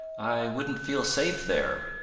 i wouldn't feel safe there,